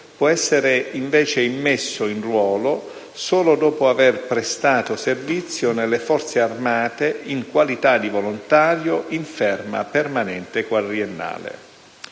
può essere invece immesso in ruolo solo dopo aver prestato servizio nelle Forze armate in qualità di volontario in ferma permanente quadriennale.